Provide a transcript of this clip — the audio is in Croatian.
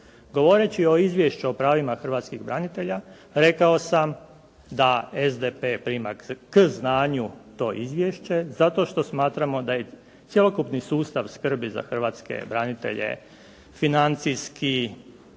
govoreći o izvješću o pravima hrvatskih branitelja rekao sam da SDP prima k znanju to izvješće zato što smatramo da je cjelokupni sustav skrbi za hrvatske branitelje financijski